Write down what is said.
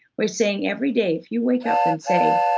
we're saying, every day, if you wake up and say,